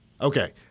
Okay